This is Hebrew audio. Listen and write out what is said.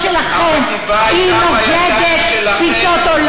רויטל, אל תיתני לעובדות לבלבל אותך.